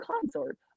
Consort